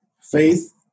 Faith